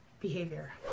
behavior